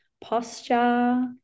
posture